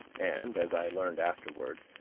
and, as i learned afterward,